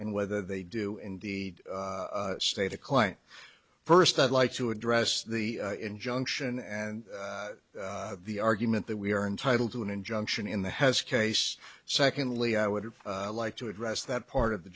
and whether they do indeed state a client first i'd like to address the injunction and the argument that we are entitled to an injunction in the has case secondly i would like to address that part of the